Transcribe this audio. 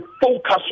focus